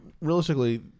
realistically